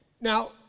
Now